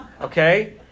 Okay